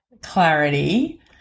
clarity